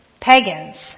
pagans